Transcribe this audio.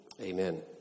Amen